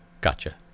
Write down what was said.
Gotcha